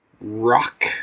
rock